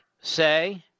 say